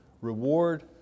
reward